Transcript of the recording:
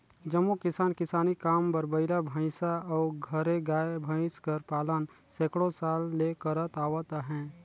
जम्मो किसान किसानी काम बर बइला, भंइसा अउ घरे गाय, भंइस कर पालन सैकड़ों साल ले करत आवत अहें